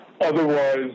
otherwise